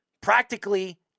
practically